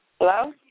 Hello